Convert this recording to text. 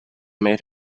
made